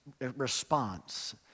response